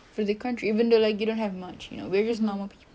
for the country even though like you don't have much we're just normal people